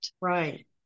Right